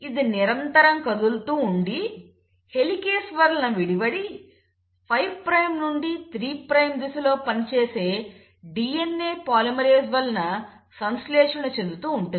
ఇది నిరంతరం కదులుతూ ఉండి హెలికేస్ వలన విడివడి 5 ప్రైమ్ నుండి 3 ప్రైమ్ దిశలో పనిచేసే DNA పాలిమరేస్ వలన సంశ్లేషణ చెందుతూ ఉంటుంది